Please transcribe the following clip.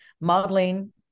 modeling